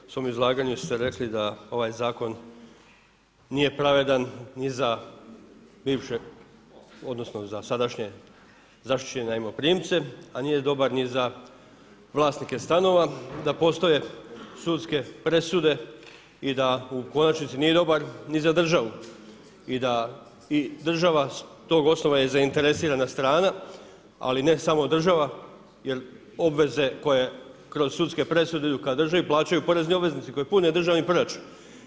U svom izlaganju ste rekli da ovaj zakon nije pravedan ni za bivše odnosno za sadašnje najmoprimce, a nije dobar ni za vlasnike stanova, da postoje sudske presude i da u konačnici nije dobar ni za državu i da država s tog osnova je zainteresirana strana, ali ne samo država jer obveze koje kroz sudske presude … plaćaju porezni obveznici koji pune državni proračun.